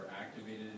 activated